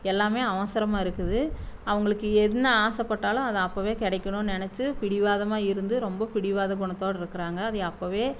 எல்லாம் அவசரமாக இருக்குது அவங்குளுக்கு என்னா ஆசைப்பட்டாலும் அதை அப்போவே கிடைக்குனுன்னு நினச்சி பிடிவாதமாக இருந்து ரொம்ப பிடிவாத குணத்தோட இருக்கிறாங்க அது அப்போவே